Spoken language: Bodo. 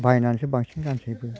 बायनानैसो बांसिन गानजोबो